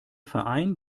verein